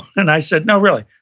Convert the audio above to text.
and i said, no, really.